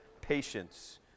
Patience